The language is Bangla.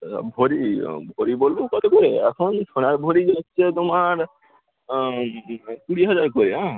তা ভরি ভরি বলবো কতো করে এখন সোনার ভরি যাচ্ছে তোমার কুড়ি হাজার করে হ্যাঁ